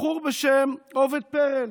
בחור בשם עובד פרל,